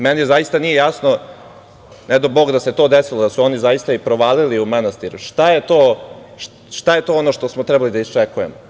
Meni zaista nije jasno, ne dao Bog da se to desilo, da su oni zaista provalili u manastir, šta je to ono što smo trebali da iščekujemo?